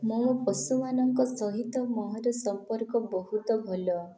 ମୋ ପଶୁମାନଙ୍କ ସହିତ ମୋର ସମ୍ପର୍କ ବହୁତ ଭଲ